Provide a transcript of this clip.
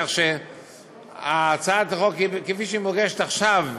כך שהצעת החוק כפי שהיא מוגשת עכשיו,